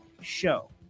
show